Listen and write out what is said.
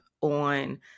on